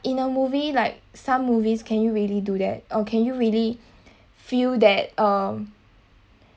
in a movie like some movies can you really do that or can you really feel that um